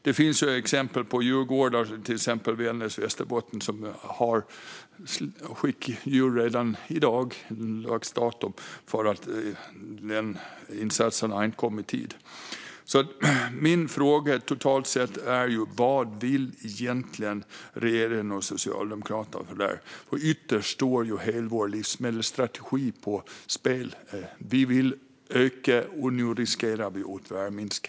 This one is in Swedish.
Det finns djurgårdar, till exempel i Vännäs i Västerbotten, som redan i dag har skickat iväg sina djur eftersom insatserna inte har kommit i tid. Min fråga är: Vad vill egentligen regeringen och Socialdemokraterna? Ytterst står ju hela vår livsmedelsstrategi på spel. Vi vill öka, men nu riskerar vi att tvärminska.